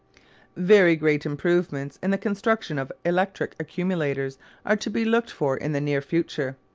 very great improvements in the construction of electric accumulators are to be looked for in the near future.